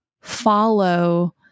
follow